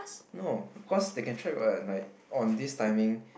no because they can track what on this timing